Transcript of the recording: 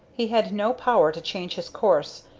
he had no power to change his course,